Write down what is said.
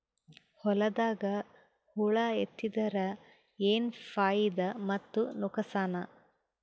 ಹೊಲದಾಗ ಹುಳ ಎತ್ತಿದರ ಏನ್ ಫಾಯಿದಾ ಮತ್ತು ನುಕಸಾನ?